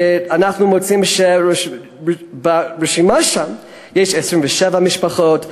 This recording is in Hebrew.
ואנחנו מוצאים שברשימה שם יש 27 משפחות,